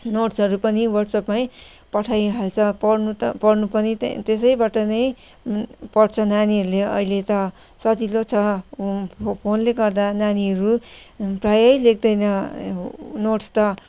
नोट्सहरू पनि वाट्सएपमै पठाइहाल्छ पढ्नु त पढ्नु पनि त्यसैबाट नै पढ्छ नानीहरूले अहिले त सजिलो छ फोनले गर्दा नानीहरू प्रायै लेख्दैन नोट्स त